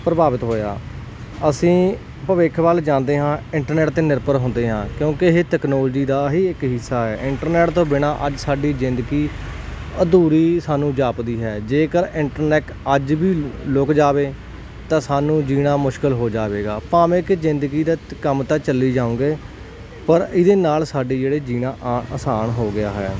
ਪ੍ਰਭਾਵਿਤ ਹੋਇਆ ਅਸੀਂ ਭਵਿੱਖ ਵੱਲ ਜਾਂਦੇ ਹਾਂ ਇੰਟਰਨੈਟ ਤੇ ਨਿਰਭਰ ਹੁੰਦੇ ਹਾਂ ਕਿਉਂਕਿ ਇਹ ਟੈਕਨੋਲਜੀ ਦਾ ਹੀ ਇੱਕ ਹਿੱਸਾ ਹ ਇੰਟਰਨੈੱਟ ਤੋਂ ਬਿਨਾਂ ਅੱਜ ਸਾਡੀ ਜ਼ਿੰਦਗੀ ਅਧੂਰੀ ਸਾਨੂੰ ਜਾਪਦੀ ਹੈ ਜੇਕਰ ਇੰਟਰਨੈਟ ਅੱਜ ਵੀ ਲੁਕ ਜਾਵੇ ਤਾਂ ਸਾਨੂੰ ਜੀਣਾ ਮੁਸ਼ਕਿਲ ਹੋ ਜਾਵੇਗਾ ਭਾਵੇਂ ਕਿ ਜ਼ਿੰਦਗੀ ਦਾ ਕੰਮ ਤਾਂ ਚੱਲੀ ਜਾਉਗੇ ਪਰ ਇਹਦੇ ਨਾਲ ਸਾਡੀ ਜਿਹੜੀ ਜੀਣਾ ਆਸਾਨ ਹੋ ਗਿਆ ਹੈ